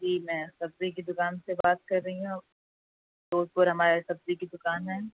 جی میں سبزی کی دُکان سے بات کر رہی ہوں اوپر ہماری سبزی کی دُکان ہے